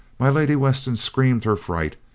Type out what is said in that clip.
my lady weston screamed her fright,